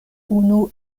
unu